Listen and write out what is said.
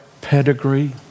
pedigree